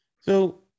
So-